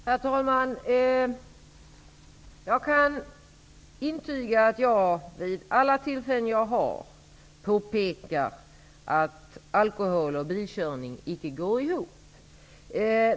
Herr talman! Jag kan intyga att jag vid alla tillfällen som ges påpekar att alkohol och bilkörning icke går ihop.